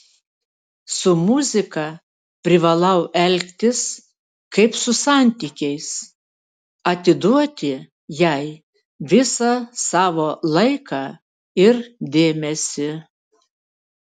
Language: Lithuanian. su muzika privalau elgtis kaip su santykiais atiduoti jai visą savo laiką ir dėmesį